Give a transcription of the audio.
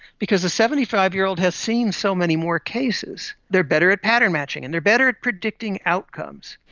because the seventy five year old has seen so many more cases, they are better at pattern matching and they are better at predicting outcomes.